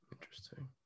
interesting